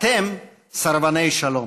אתם סרבני שלום.